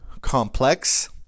complex